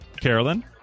Carolyn